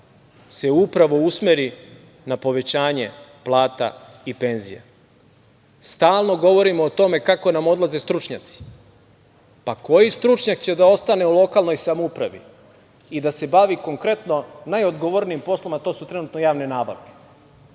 upravo usmeri na povećanje plata i penzija. Stalno govorimo o tome kako nam odlaze stručnjaci. Pa koji stručnjak će da ostane u lokalnoj samoupravi i da se bavi konkretno najodgovornijim poslom, a to su trenutno javne nabavke,